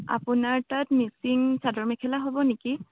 আপোনাৰ তাত মিচিং চাদৰ মেখেলা হ'ব নেকি